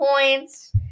points